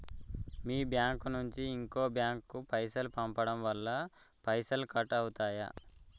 మీ bank నుంచి ఇంకో bank కు పైసలు పంపడం వల్ల పైసలు కట్ అవుతయా?